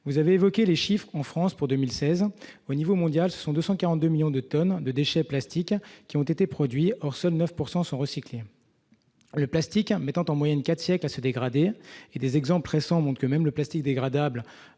vous avez évoqué les chiffres en France pour 2016, au niveau mondial, ce sont 242 millions de tonnes de déchets plastiques qui ont été produits or seuls 9 pourcent sont recycler le plastique hein mettant en moyenne 4 siècles à se dégrader et des exemples récents montrent que même le plastique dégradable,